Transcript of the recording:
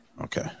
Okay